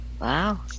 Wow